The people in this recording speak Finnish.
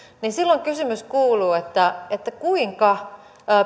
silloin kysymys kuuluu kuinka